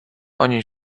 oni